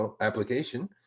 application